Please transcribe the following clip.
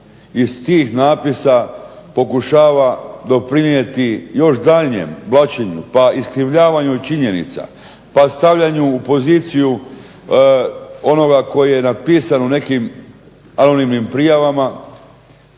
iz tih napisa pokušava doprinijeti još daljnjem blaćenju, pa iskrivljavanju činjenica, pa stavljanju u poziciju onoga koji je napisan u nekim anonimnim prijavama